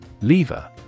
Lever